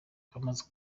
twamaze